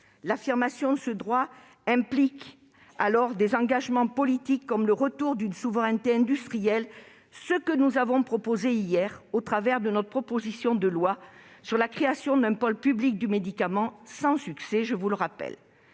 L'affirmation de ce droit implique alors des engagements politiques tels que le retour d'une souveraineté industrielle. C'est ce que nous vous avons proposé hier, au travers de notre proposition de loi portant création d'un pôle public du médicament, sans succès. Les concepts